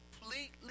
completely